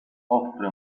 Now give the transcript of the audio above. offre